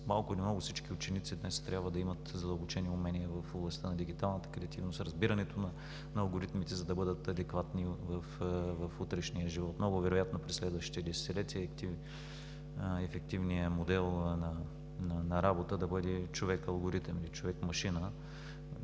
малко или много всички ученици днес трябва да имат задълбочени умения в областта на дигиталната креативност, разбирането на алгоритмите, за да бъдат адекватни в утрешния живот. Много вероятно е през следващите десетилетия ефективният модел на работа да бъде човек-алгоритъм или човек-машина.